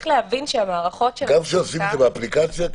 גם כשעושים את זה באפליקציה?